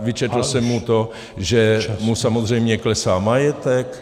Vyčetl jsem mu to , že mu samozřejmě klesá majetek.